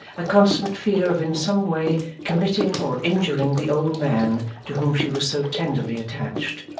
a constant fear of in some way committing or injuring the old man to whom she was so tenderly attached,